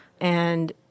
And-